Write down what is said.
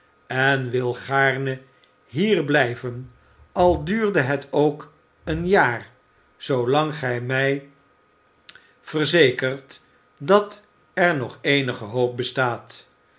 en wil gaarne hier blijven al duurde het ook een jaar zoolang gij mij verzekert dat er nog eenige hoop bestaat